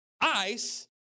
ice